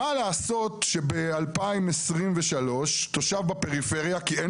מה לעשות שב-2023 תושב בפריפריה כי אין